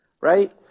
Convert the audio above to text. right